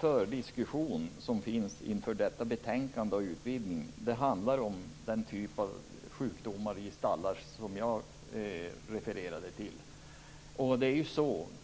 Fördiskussionen inför detta betänkande om utvidgning handlar om den typ av sjukdomar i stallar som jag refererade till.